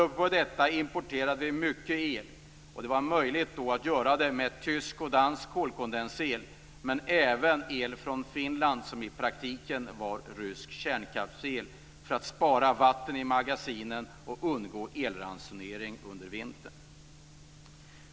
Utöver detta importerade vi mycket el, och det kunde göras med hjälp av tysk och dansk kolkondensel men även el från Finland, som i praktiken var rysk kärnkraftsel. Detta gjordes för att vi skulle spara vatten i magasinen och undgå elransonering under vintern.